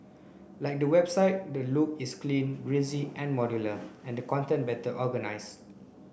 like the website the look is clean breezy and modular and the content better organise